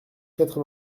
quatre